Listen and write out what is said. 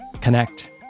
connect